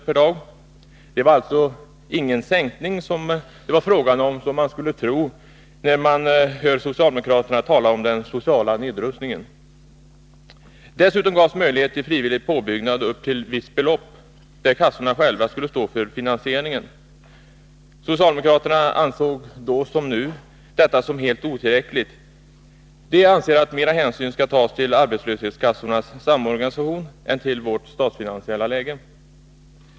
per dag — det var alltså inte fråga om någon sänkning, vilket man kan tro när man hör socialdemokraterna tala om den sociala nedrustningen. Dessutom gavs möjlighet till frivillig påbyggnad upp till visst belopp, varvid kassorna själva skulle stå för finansieringen. Socialdemokraterna ansåg, då som nu, detta som helt otillräckligt. De anser att mera hänsyn skall tas till arbetslöshetskassornas samorganisation än till vårt statsfinansiella läge.